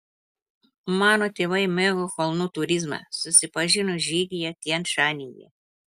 mano tėvai mėgo kalnų turizmą susipažino žygyje tian šanyje